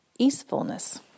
easefulness